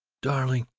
darling,